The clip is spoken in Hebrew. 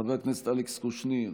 חבר הכנסת אלכס קושניר,